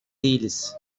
değiliz